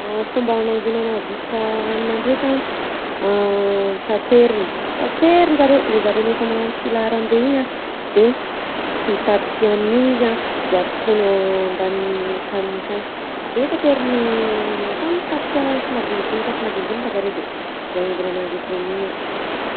Fomba anangonana visika hanina ndraika a: tateriny, taterin'jareo, le zareo le efa magnano filaharam-be igny a de mitatitry hanina io izy a de ataony a- ambanin'ny taniny akagny, de tateriny samy mitatitra simadinidinika simadinidinika zareo de voaongony ananjy akao mi io.